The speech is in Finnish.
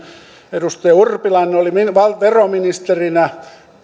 edustaja urpilainen oli veroministerinä